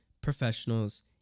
professionals